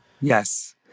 Yes